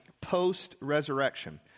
post-resurrection